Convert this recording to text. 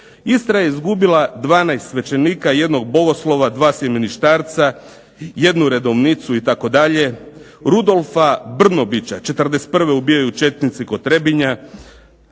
Istra je izgubila 12 svećenika, jednog bogoslova, dva sjemeništarca, jednu redovnicu itd., Rudolfa Brnobića '41. ubijaju četnici kod Trebinja,